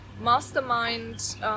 mastermind